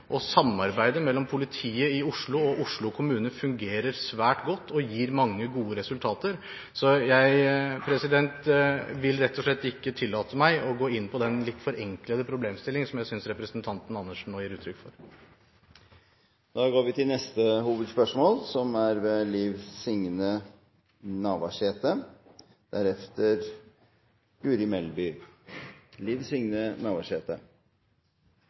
Samarbeidet mellom politiet i Oslo og Oslo kommune fungerer svært godt og gir mange gode resultater, så jeg vil rett og slett ikke tillate meg å gå inn på den litt forenklede problemstillingen jeg synes representanten Andersen nå gir uttrykk for. Da går vi til neste hovedspørsmål.